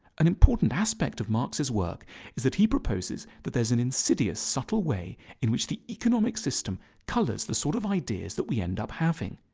an important aspect of marx's work is that he proposes that there is an insidious, subtle way in which the economic system colours the sort of ideas that we ending up having.